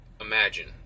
imagine